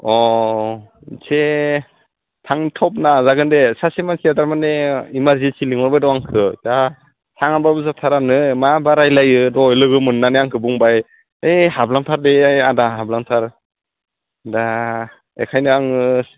अ एसे आं थब नाजागोन दे सासे मानसिया तारमाने इमार्जेन्सि लिंहरबाय दं आंखौ दा थाङाबाबो जाथारानो माबा रायज्लायो दहाय लोगो मोननानै आंखौ बुंबाय ओइ हाबलांथारदै आदा हाबलांथार दा बेखायनो आङो